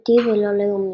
דתי ולא לאומי.